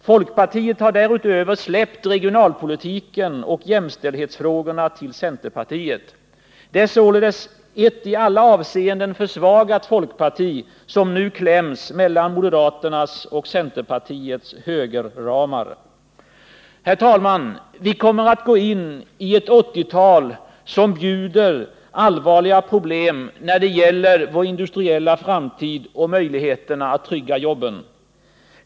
Folkpartiet har därutöver släppt regionalpolitiken och jämställdhetsfrågorna till centerpartiet. Det är således ett i alla avseenden försvagat folkparti som nu kläms mellan moderaternas och centerpartiets högerramar. Vi kommer att gå in i ett 1980-tal som bjuder allvarliga problem när det gäller vår industriella framtid och möjligheterna att trygga jobben.